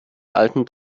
alten